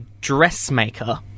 dressmaker